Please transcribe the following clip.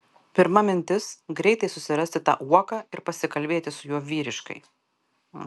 pirma mintis greitai susirasti tą uoką ir pasikalbėti su juo vyriškai